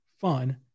fun